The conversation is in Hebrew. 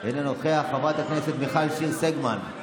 אולי במקום כל רשימת הדוברים,